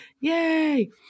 Yay